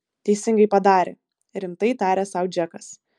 teisingai padarė rimtai tarė sau džekas